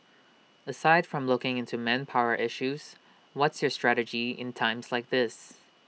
aside from looking into manpower issues what's your strategy in times like these